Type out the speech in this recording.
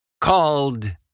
Called